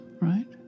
right